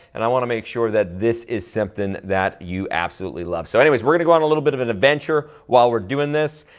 and i wanna make sure that this is something that you absolutely love. so anyways, we're gonna go on a little bit of an adventure while we're doing this,